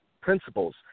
principles